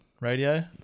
radio